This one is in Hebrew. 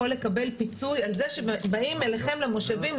לקבל פיצוי על זה שבאים אליכם למושבים,